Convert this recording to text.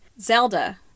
Zelda